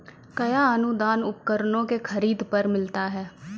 कया अनुदान उपकरणों के खरीद पर मिलता है?